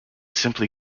simply